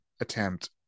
attempt